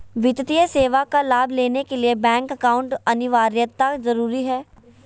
वित्तीय सेवा का लाभ लेने के लिए बैंक अकाउंट अनिवार्यता जरूरी है?